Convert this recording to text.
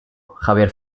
javier